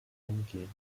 umgehen